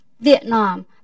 Vietnam